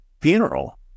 funeral